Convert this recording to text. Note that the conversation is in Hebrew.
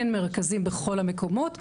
אין מרכזים בכל המקומות,